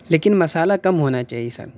لیکن مسالہ کم ہونا چاہیے سر